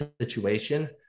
situation